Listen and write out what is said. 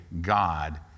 God